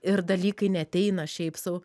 ir dalykai neateina šiaip sau